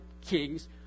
kings